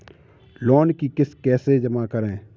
Loan की किश्त कैसे जमा करें?